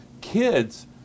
Kids